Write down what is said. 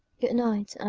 good night,